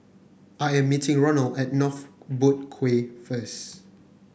I am meeting Ronal at North Boat Quay first